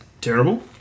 terrible